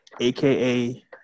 aka